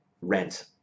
rent